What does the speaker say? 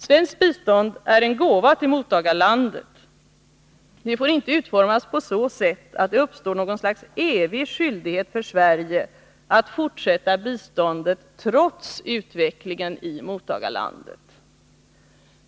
Svenskt bistånd är en gåva till mottagarlandet. Det får inte utformas på så sätt att det uppstår något slags evig skyldighet för Sverige att fortsätta biståndet trots utvecklingen i mottagarlandet.